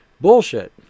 bullshit